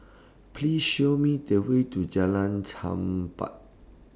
Please Show Me The Way to Jalan Chempah